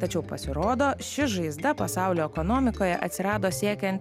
tačiau pasirodo ši žaizda pasaulio ekonomikoje atsirado siekiant